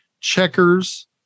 checkers